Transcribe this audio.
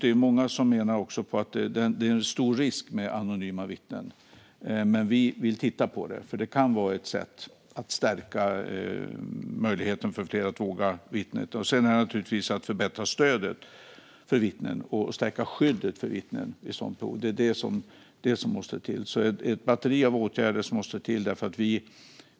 Det är många som menar att det finns en stor risk med anonyma vittnen, men vi vill titta på det, för det kan vara ett sätt att stärka möjligheten för fler att våga vittna. Sedan gäller det naturligtvis att förbättra stödet för vittnen och stärka skyddet för vittnen. Det är detta som måste till - ett batteri av åtgärder.